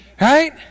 Right